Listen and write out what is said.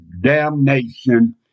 damnation